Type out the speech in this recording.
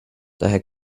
daher